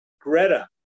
Greta